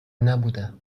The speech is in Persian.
نبودم